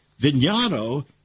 Vignano